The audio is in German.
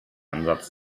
ansatz